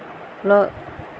ᱟᱫᱚ